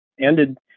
ended